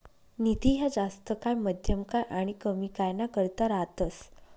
निधी ह्या जास्त काय, मध्यम काय आनी कमी काय ना करता रातस